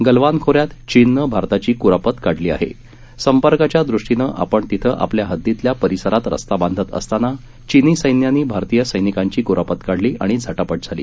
गलवान खोऱ्यात चीननं भारताची कुरापत काढली आहे संपर्काच्या दृष्टीनं आपण तिथं आपल्या हद्दीतल्या परिसरात रस्ता बांधत असताना चीनी सैन्यांनी भारतीय सैनिकांची कुरापत काढली आणि झटापट झाली